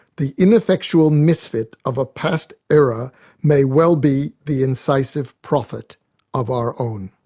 the ineffectual misfit of a past era may well be the incisive prophet of our own.